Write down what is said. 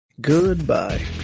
goodbye